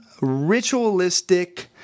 ritualistic